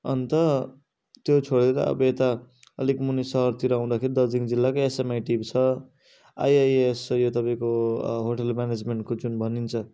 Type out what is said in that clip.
अन्त त्यो छोडेर अब यता अलिक मुनि सहरतिर आउँदाखेरि दार्जिलिङ जिल्लाको एसएमआइटी छ आइआइएएस यो तपाईँको होटेल म्यानेजमेन्टको जुन भनिन्छ